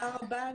בשמחה רבה.